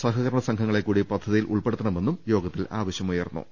സഹകരണ സംഘങ്ങളെക്കൂടി പദ്ധ തിയിൽ ഉൾപ്പെടുത്തണ്മെന്നും യോഗത്തിൽ ആവശ്യമു യർന്നു